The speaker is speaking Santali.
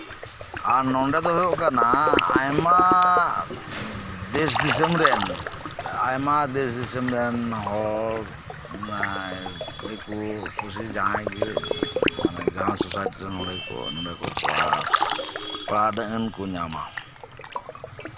ᱟᱨ ᱱᱚᱸᱰᱮ ᱫᱚ ᱦᱩᱭᱩᱜ ᱠᱟᱱᱟ ᱟᱭᱢᱟ ᱫᱮᱥᱼᱫᱤᱥᱚᱢ ᱨᱮᱱ ᱟᱭᱢᱟ ᱫᱮᱥᱼᱫᱤᱥᱚᱢ ᱨᱮᱱ ᱦᱚᱲ ᱫᱤᱠᱩ ᱯᱩᱥᱤ ᱡᱟᱦᱟᱸᱭ ᱜᱮ ᱢᱟᱱᱮ ᱡᱟᱦᱟᱸ ᱥᱳᱥᱟᱭᱤᱴᱤ ᱨᱮᱱ ᱦᱚᱲ ᱜᱮ ᱱᱚᱸᱰᱮ ᱠᱚ ᱯᱟᱲᱦᱟᱜ ᱨᱮᱱᱟᱜ ᱟᱹᱱ ᱠᱚ ᱧᱟᱢᱟ